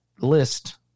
list